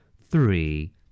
three